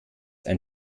ein